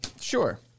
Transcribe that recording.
sure